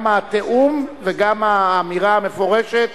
גם התיאום וגם האמירה המפורשת